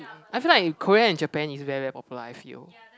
I feel like Korea and Japan is very very popular I feel